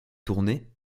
tournée